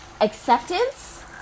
acceptance